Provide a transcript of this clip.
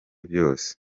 byose